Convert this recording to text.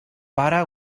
pare